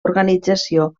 organització